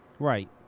Right